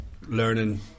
learning